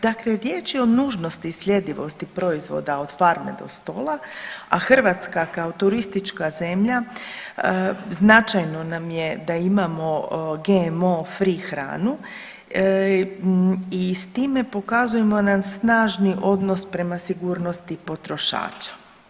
Dakle riječ je o nužnosti i sljedivosti proizvoda od farme do stola, a Hrvatska kao turistička zemlja značajno nam je da imamo GMO free hranu i s time pokazujemo jedan snažni odnos prema sigurnosti potrošača.